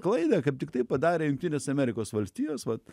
klaidą kaip tiktai padarė jungtinės amerikos valstijos vat